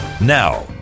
Now